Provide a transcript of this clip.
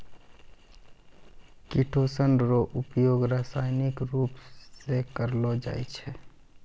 chitosan रो उपयोग रासायनिक रुप से करलो जाय छै